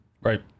Right